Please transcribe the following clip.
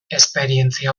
esperientzia